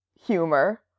humor